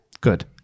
good